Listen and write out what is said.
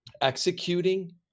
executing